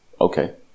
okay